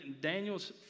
Daniel's